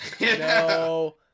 No